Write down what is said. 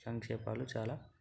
సంక్షేపాలు చాలా